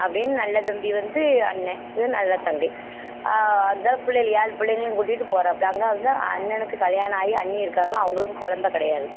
அப்படின்னு நல்லதம்பி வந்து அண்ணன் இது நல்லதங்கை அந்த பிள்ளையலு ஏழு பிள்ளைங்களையும் கூட்டிகிட்டு போகறாப்புல அங்கே வந்து அண்ணனுக்கு கல்யாணம் ஆயி அண்ணி இருக்காங்க அவங்களுக்கு குலந்த கிடையாது